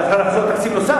אתה צריך להחזיר תקציב נוסף,